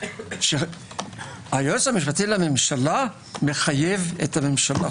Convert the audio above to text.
שהיועץ המשפטי לממשלה מחייב את הממשלה.